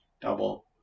double